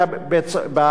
בבית-החולים של בית-הכלא?